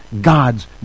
god's